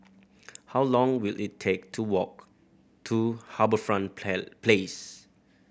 how long will it take to walk to HarbourFront Place